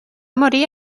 morir